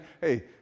hey